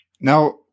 Now